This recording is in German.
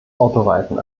autoreifen